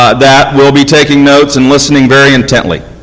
ah that will be taking notes and listening very intently.